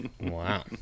wow